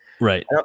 right